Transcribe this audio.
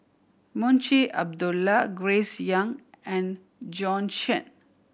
Munshi Abdullah Grace Young and Bjorn Shen